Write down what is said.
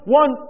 one